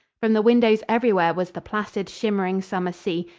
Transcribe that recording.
from the windows everywhere was the placid, shimmering summer sea,